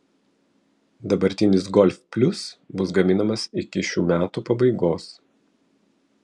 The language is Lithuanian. dabartinis golf plius bus gaminamas iki šių metų pabaigos